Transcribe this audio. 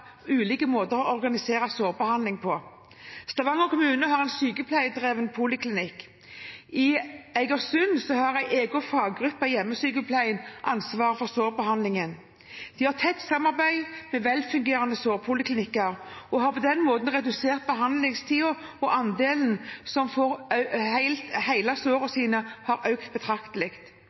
ulike kommuner valgt ulike måter å organisere sårbehandling på. Stavanger kommune har en sykepleierdrevet poliklinikk. I Eigersund har en egen faggruppe i hjemmesykepleien ansvar for sårbehandlingen. De har tett samarbeid med velfungerende sårpoliklinikker og har på den måten redusert behandlingstiden, og andelen som får helet sårene sine, har økt betraktelig.